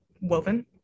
woven